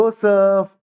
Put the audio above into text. Joseph